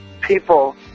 people